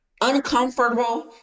uncomfortable